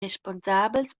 responsabels